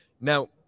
Now